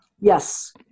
Yes